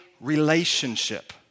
relationship